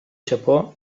japó